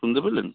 শুনতে পেলেন